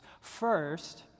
First